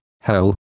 hell